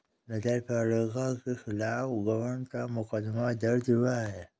नगर पालिका के खिलाफ गबन का मुकदमा दर्ज हुआ है